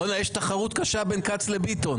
יש תחרות קשה בין כץ לביטון.